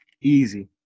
Easy